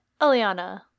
Eliana